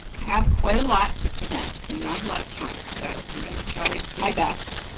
have quite a lot to present and not a lot of time, so i'm going to try my best.